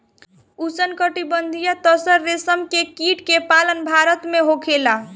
उष्णकटिबंधीय तसर रेशम के कीट के पालन भारत में होखेला